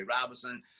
Robinson